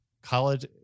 College